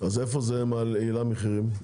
איך זה מעלה את המחירים?